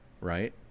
right